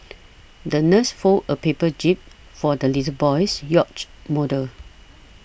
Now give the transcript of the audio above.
the nurse folded a paper jib for the little boy's yacht model